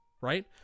right